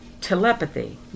telepathy